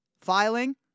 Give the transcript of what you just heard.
filing